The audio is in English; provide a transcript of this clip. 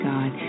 God